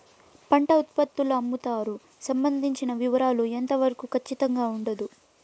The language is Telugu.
పంట ఉత్పత్తుల అమ్ముతారు సంబంధించిన వివరాలు ఎంత వరకు ఖచ్చితంగా ఉండదు?